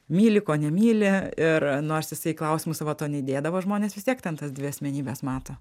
myli ko nemyli ir nors jisai į klausimus savo to neįdėdavo žmonės vis tiek ten tas dvi asmenybes mato